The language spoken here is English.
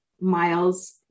miles